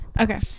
Okay